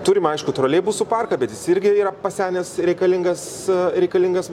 turim aišku troleibusų parką bet jis irgi yra pasenęs reikalingas reikalingas